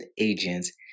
agents